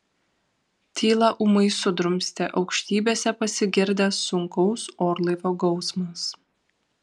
tylą ūmai sudrumstė aukštybėse pasigirdęs sunkaus orlaivio gausmas